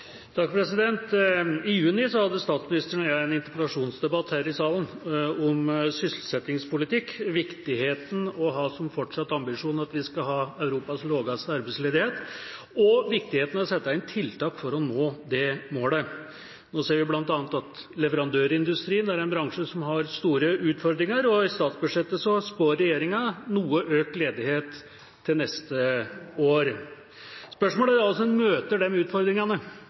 I juni hadde statsministeren og jeg en interpellasjonsdebatt her i salen om sysselsettingspolitikk, om viktigheten av å ha som fortsatt ambisjon at vi skal ha Europas laveste arbeidsledighet, og viktigheten av å sette inn tiltak for å nå det målet. Nå ser vi bl.a. at leverandørindustrien er en bransje som har store utfordringer, og i statsbudsjettet spår regjeringa noe økt ledighet til neste år. Spørsmålet om hvordan en møter de utfordringene,